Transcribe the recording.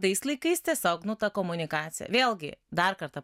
tais laikais tiesiog nu ta komunikacija vėlgi dar kartą